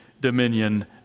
dominion